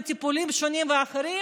וטיפולים שונים ואחרים,